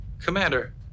Commander